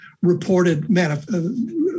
reported